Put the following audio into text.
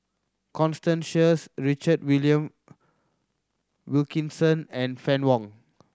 Constance Sheares Richard Willion Wilkinson and Fann Wong